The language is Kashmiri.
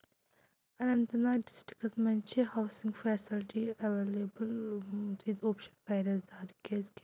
اننت ناگ ڈِسٹرٛکس منٛز چھِ ہاوسِنٛگ فیسلٹی ایویلیبٕل اوپشن واریاہ زیادٕ کیٛازکہِ